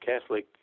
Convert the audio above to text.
Catholic